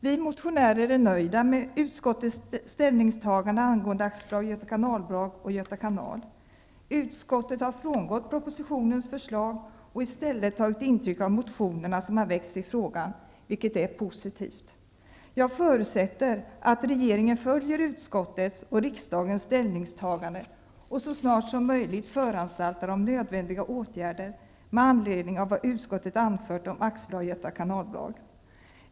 Vi motionärer är nöjda med utskottets ställningstagande angående AB Göta kanalbolag och Göta kanal. Utskottet har frångått propositionens förslag och i stället tagit intryck av de motioner som har väckts i frågan, vilket är positivt. Jag förutsätter att regeringen följer utskottets och riksdagens ställningstagande och så snart som möjligt föranstaltar om nödvändiga åtgärder med anledning av vad utskottet anfört om AB Göta kanalbolag.